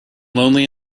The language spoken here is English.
lonely